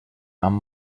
amb